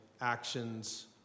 actions